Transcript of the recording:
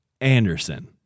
Anderson